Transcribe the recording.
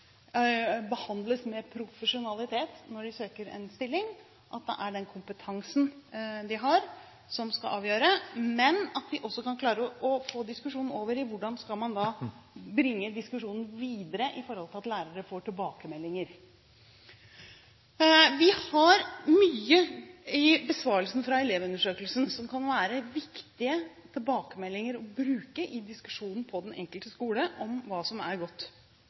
behandles med profesjonalitet når de søker en stilling, at det er kompetansen de har, som skal avgjøre, men at vi også kan klare å få diskusjonen over på hvordan man da skal bringe diskusjonen videre med tanke på at lærere får tilbakemeldinger. Vi har mye i besvarelsen fra Elevundersøkelsen som kan være viktige tilbakemeldinger å bruke i diskusjonen på den enkelte skole om hva som er godt